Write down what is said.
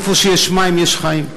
כשיש מים יש חיים,